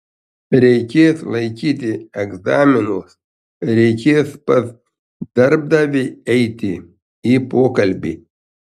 reikės laikyti egzaminus reikės pas darbdavį eiti į pokalbį